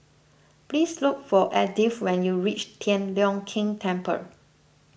please look for Edythe when you reach Tian Leong Keng Temple